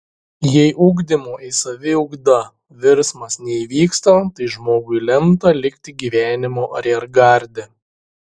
jei ugdymo į saviugdą virsmas neįvyksta tai žmogui lemta likti gyvenimo ariergarde